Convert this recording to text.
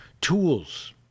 tools